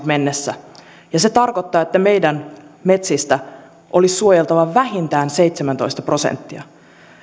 mennessä se tarkoittaa että meidän metsistä olisi suojeltava vähintään seitsemäntoista prosenttia